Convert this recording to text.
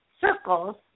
circles